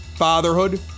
fatherhood